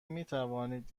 میتوانید